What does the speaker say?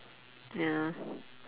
ya